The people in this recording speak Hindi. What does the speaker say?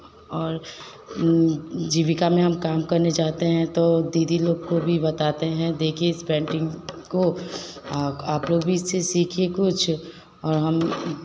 और जीविका में हम काम करने जाते हैं तो दीदी लोग को भी बताते हैं देखिए इस पेंटिंग को और आप लोग भी इससे सीखिए कुछ और हम